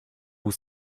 mnie